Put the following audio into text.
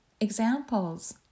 Examples